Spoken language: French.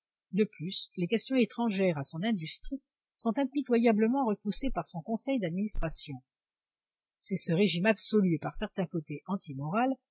de plus les questions étrangères à son industrie sont impitoyablement repoussées par son conseil d'administration c'est ce régime absolu et par certains côtés